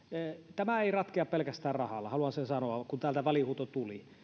tämä ei ratkea pelkästään rahalla haluan sen sanoa kun täältä välihuuto tuli